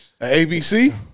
ABC